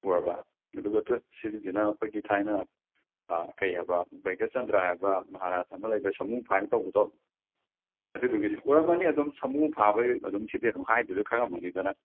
ꯎꯔꯕ ꯑꯗꯨꯒ ꯇꯨ ꯁꯤꯒꯤꯁꯤꯅ ꯑꯩꯈꯣꯏꯒꯤ ꯊꯥꯏꯅ ꯀꯩ ꯍꯥꯏꯕ ꯚꯩꯒ꯭ꯌꯆꯟꯗ꯭ꯔ ꯍꯥꯏꯕ ꯃꯍꯥꯔꯥꯁ ꯑꯃ ꯂꯩꯕ ꯁꯃꯨ ꯐꯥꯏꯅ ꯇꯧꯕꯗꯣ ꯑꯗꯨꯗꯨꯒꯤ ꯎꯔꯝꯃꯅꯤ ꯑꯗꯨꯝ ꯁꯃꯨ ꯐꯥꯕꯩ ꯑꯗꯨꯝ ꯁꯤꯗꯤ ꯑꯗꯨꯝ ꯍꯥꯏꯗ꯭ꯔꯁꯨ ꯈꯡꯉꯝꯃꯅꯤꯗ ꯅꯪ